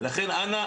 לכן אנא,